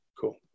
Cool